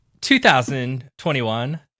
2021